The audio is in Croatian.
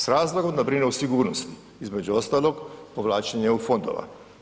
S razlogom da brine o sigurnosti, između ostalog, povlačenje EU fondova.